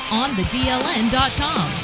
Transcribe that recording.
onthedln.com